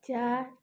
चा